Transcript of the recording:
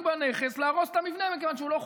בנכס להרוס את המבנה מכיוון שהוא לא חוקי.